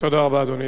תודה רבה, אדוני.